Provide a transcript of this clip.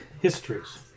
histories